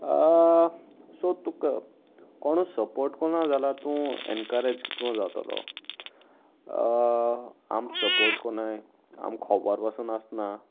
so तुका कोण support करना जाल्यार तूं एनकरेज किते करून जातलो आम सपोर्ट कोणूय आमी खोबर पसून आसना